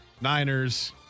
Niners